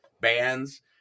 bands